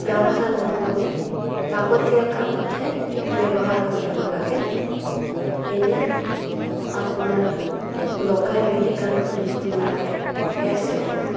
গান চান নুশুনি লাগতীয়াল কামতহে ব্যৱহাৰ কৰিব লাগে এনেই আপোনাৰ লগাই মেলি গান শুনিব নালাগে সেয়াই আছিলে